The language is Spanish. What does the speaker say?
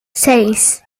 seis